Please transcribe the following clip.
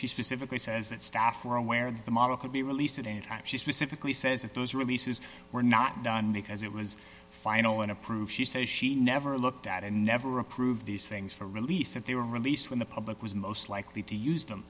she specifically says that staff were aware of the model could be released at any time she specifically says it was releases were not done because it was final and approved she says she never looked at and never approved these things for release that they were released when the public was most likely to use them